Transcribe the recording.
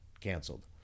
canceled